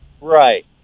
Right